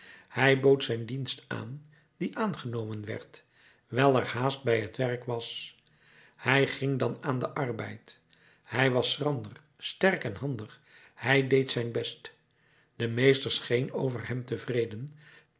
hij bood zijn dienst aan die aangenomen werd wijl er haast bij t werk was hij ging dan aan den arbeid hij was schrander sterk en handig hij deed zijn best de meester scheen over hem tevreden